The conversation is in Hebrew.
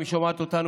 אם היא שומעת אותנו,